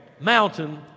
Mountain